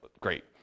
great